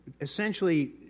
essentially